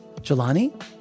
Jelani